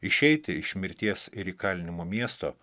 išeiti iš mirties ir įkalinimo miesto